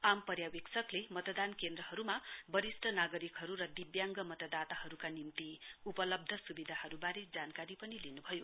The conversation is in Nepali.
आम पर्यविक्षक मतदान केन्द्रहरुमा वरिस्ट नागरिकहरु र दिव्याङ्ग मतदताहरुका निम्ति उपलब्ध सुविधाहरुवारे जानकारी पनि लिनुभयो